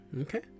okay